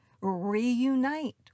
Reunite